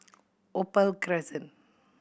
Opal Crescent